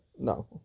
No